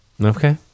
Okay